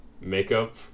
makeup